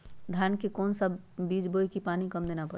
धान का कौन सा बीज बोय की पानी कम देना परे?